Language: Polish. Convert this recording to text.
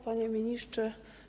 Panie Ministrze!